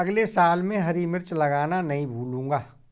अगले साल मैं हरी मिर्च लगाना नही भूलूंगा